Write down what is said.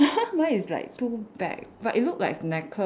mine is like two bag but it look like necklace